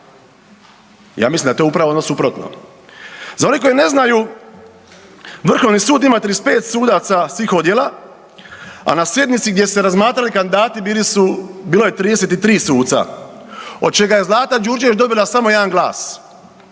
Ja mislim da je to upravo ono suprotno. Za one koji ne znaju Vrhovni sud ima 35 sudaca svih odjela, a na sjednici gdje se razmatrali kandidati bili su, bilo je 33 suca od čega je Zlata Đurđević dobila samo 1 glas.